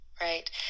right